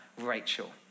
Rachel